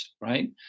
right